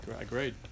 agreed